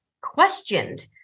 questioned